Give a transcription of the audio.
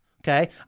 Okay